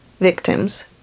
victims